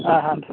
ಹಾಂ ಹಾನ್ ಸರ್